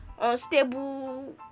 Unstable